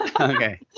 Okay